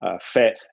fat